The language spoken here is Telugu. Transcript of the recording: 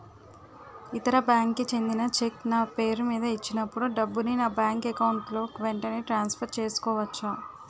ఇతర బ్యాంక్ కి చెందిన చెక్ నా పేరుమీద ఇచ్చినప్పుడు డబ్బుని నా బ్యాంక్ అకౌంట్ లోక్ వెంటనే ట్రాన్సఫర్ చేసుకోవచ్చా?